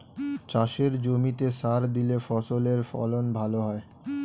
চাষের জমিতে সার দিলে ফসলের ফলন ভালো হয়